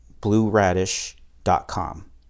blueradish.com